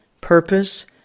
purpose